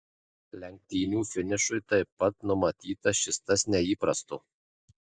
lenktynių finišui taip pat numatyta šis tas neįprasto